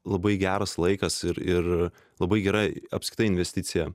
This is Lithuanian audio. labai geras laikas ir ir labai gera apskritai investicija